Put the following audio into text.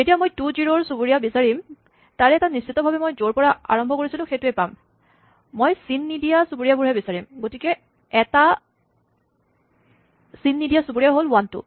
যেতিয়া মই two zero ৰ চুবুৰীয়া বিচাৰিম তাৰে এটা নিশ্চিত ভাৱে মই য'ৰ পৰা আৰম্ভ কৰিছিলো সেইটোৱেই পাম মই চিন নিদিয়া চুবুৰীয়াবোৰহে চাম গতিকে এটা চিন নিদিয়া চুবুৰীয়া হ'ল ৱান টু